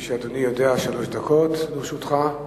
כפי שאדוני יודע, שלוש דקות לרשותך.